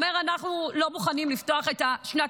אומר: אנחנו לא מוכנים לפתוח את שנת